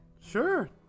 Sure